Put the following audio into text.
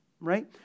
right